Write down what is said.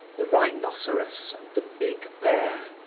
the rhinoceros and the big bear.